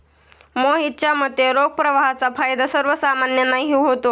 मोहितच्या मते, रोख प्रवाहाचा फायदा सर्वसामान्यांनाही होतो